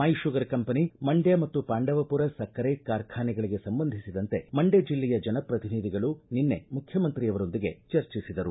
ಮೈ sugar company Mandya ಮತ್ತು ಪಾಂಡವಪುರ ಸಕ್ಕರೆ ಕಾರ್ಖಾನೆಗಳಗೆ ಸಂಬಂಧಿಸಿದಂತೆ ಮಂಡ್ಯ ಜಿಲ್ಲೆಯ ಜನಪ್ರತಿನಿಧಿಗಳು ನಿನ್ನೆ ಮುಖ್ಯಮಂತ್ರಿಯವರೊಂದಿಗೆ ಚರ್ಚಿಸಿದರು